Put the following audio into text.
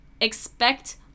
Expect